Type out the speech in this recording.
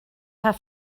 have